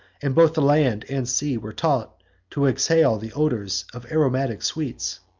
and both the land and sea were taught to exhale the odors of aromatic sweets.